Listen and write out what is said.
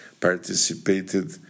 participated